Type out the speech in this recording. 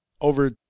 over